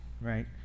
right